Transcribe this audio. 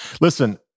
Listen